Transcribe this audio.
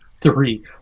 three